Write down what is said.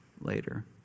Later